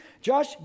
Josh